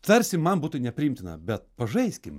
tarsi man būtų nepriimtina bet pažaiskim